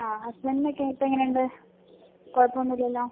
ആ ഹസ്ബെൻനൊക്കെ ഇപ്പം എങ്ങനെയുണ്ട് കുഴപ്പം ഒന്നും ഇല്ലല്ലോ